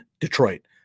Detroit